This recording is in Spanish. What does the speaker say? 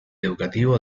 educativo